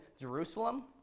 Jerusalem